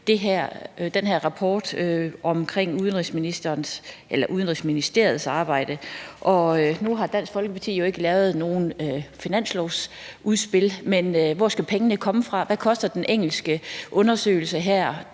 den her rapport om Udenrigsministeriets arbejde? Nu har Dansk Folkeparti jo ikke lavet noget finanslovsudspil, men jeg vil høre: Hvor skal pengene komme fra? Hvad koster den engelske undersøgelse? Der